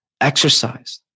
exercise